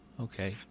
Okay